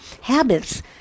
habits